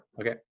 Okay